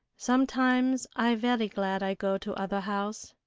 sometimes i very glad i go to other house.